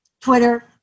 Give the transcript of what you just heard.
Twitter